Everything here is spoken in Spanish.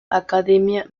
academia